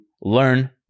learn